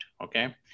okay